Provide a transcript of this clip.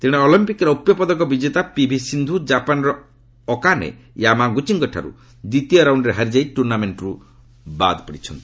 ତେଣେ ଅଲମ୍ପିକ୍ ରୌପ୍ୟ ପଦକ ବିଜେତା ପିଭି ସିନ୍ଧୁ ଜାପାନ୍ର ଅକାନେ ୟାମାଗୁଚିଙ୍କଠାରୁ ଦ୍ୱିତୀୟ ରାଉଣ୍ଡରେ ହାରିଯାଇ ଟୁର୍ଣ୍ଣାମେଣ୍ଟରୁ ବାଦ୍ ପଡ଼ିଛନ୍ତି